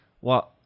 Well-